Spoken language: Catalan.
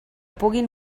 puguin